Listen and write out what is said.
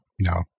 No